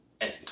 end